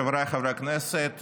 חבריי חברי הכנסת,